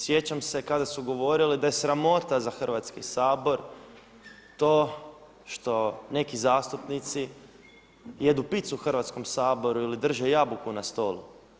Sjećam se kada su govorili da je sramota za Hrvatski sabor to što neki zastupnici jedu pizzu u Hrvatskom saboru ili drže jabuku na stolu.